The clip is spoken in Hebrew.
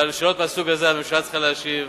ועל שאלות מהסוג הזה הממשלה צריכה להשיב.